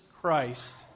Christ